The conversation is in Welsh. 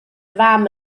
fam